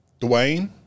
Dwayne